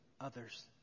others